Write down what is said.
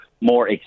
more